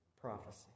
prophecy